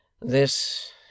This